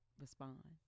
respond